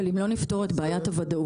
אבל אם לא נפתור את בעיית הוודאות,